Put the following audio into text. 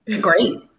great